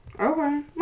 okay